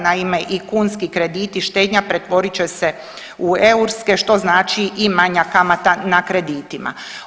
Naime i kunski krediti, štednja pretvorit će se u eurske što znači i manja kamata na kreditima.